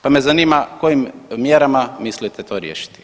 Pa me zanima kojim mjerama mislite to riješiti.